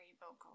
vocal